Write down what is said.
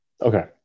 Okay